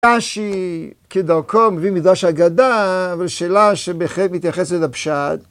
רש"י כדרכו מביא מדרש אגדה, אבל שאלה שבהחלט מתייחסת לפשט.